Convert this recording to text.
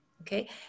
Okay